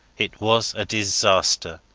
it was a disaster.